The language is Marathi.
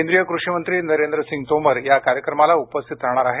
केंद्रीय कृषी मंत्री नरेंद्र सिंग तोमर याकार्यक्रमाला उपस्थित राहणार आहेत